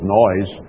noise